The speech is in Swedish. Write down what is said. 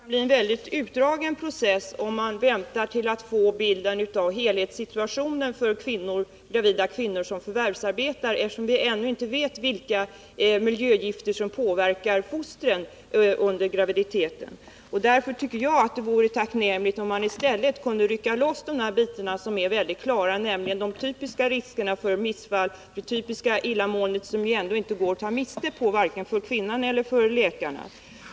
Herr talman! Jag är rädd för att det kan bli en väldigt utdragen process, om man skall vänta på att få en bild av helhetssituationen för gravida kvinnor som förvärvsarbetar, eftersom vi ännu inte vet vilka miljögifter som påverkar fostret. Därför tycker jag att det vore tacknämligt om man i stället kunde bryta ut de bitar som är helt klara, t.ex. de typiska riskerna för missfall, det typiska illamåendet som det inte går att ta miste på varken för kvinnan eller för läkarna.